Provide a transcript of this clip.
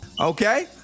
okay